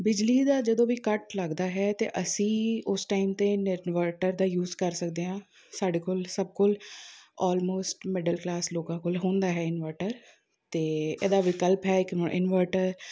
ਬਿਜਲੀ ਦਾ ਜਦੋਂ ਵੀ ਕੱਟ ਲੱਗਦਾ ਹੈ ਤਾਂ ਅਸੀਂ ਉਸ ਟਾਈਮ 'ਤੇ ਇਨ ਇਨਵਰਟਰ ਦਾ ਯੂਸ ਕਰ ਸਕਦੇ ਹਾਂ ਸਾਡੇ ਕੋਲ ਸਭ ਕੋਲ ਅੋਲਮੋਸਟ ਮਿਡਲ ਕਲਾਸ ਲੋਕਾਂ ਕੋਲ ਹੁੰਦਾ ਹੈ ਇਨਵਰਟਰ ਅਤੇ ਇਹਦਾ ਵਿਕਲਪ ਹੈ ਇੱਕ ਮ ਇਨਵਰਟਰ